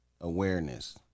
awareness